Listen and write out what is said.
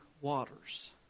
waters